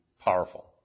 powerful